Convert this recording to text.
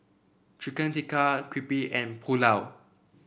Chicken Tikka Crepe and Pulao